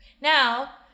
Now